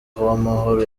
uwamahoro